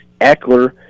Eckler